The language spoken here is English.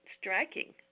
striking